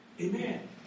Amen